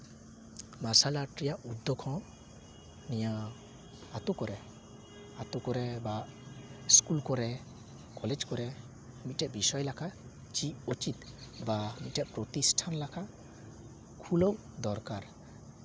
ᱢᱟᱨᱥᱟᱞ ᱟᱨᱴᱥ ᱨᱮᱭᱟᱜ ᱩᱫᱽᱫᱳᱜᱽ ᱦᱚᱸ ᱱᱤᱭᱟᱹ ᱟᱛᱳ ᱠᱚᱨᱮ ᱟᱛᱳ ᱠᱚᱨᱮ ᱵᱟ ᱤᱥᱠᱩᱞ ᱠᱚᱨᱮ ᱠᱚᱞᱮᱡᱽ ᱠᱚᱨᱮ ᱢᱤᱫᱴᱮᱡ ᱵᱤᱥᱚᱭ ᱞᱮᱠᱟ ᱪᱮᱫ ᱩᱪᱤᱛ ᱵᱟ ᱢᱤᱫᱴᱮᱡ ᱯᱨᱚᱛᱤᱥᱴᱷᱟᱱ ᱞᱮᱠᱟ ᱠᱷᱩᱞᱟᱹᱣ ᱫᱚᱨᱠᱟᱨ